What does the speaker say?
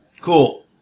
cool